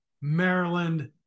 Maryland